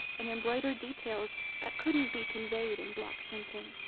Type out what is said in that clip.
and embroidered details that couldn't be conveyed in block printing.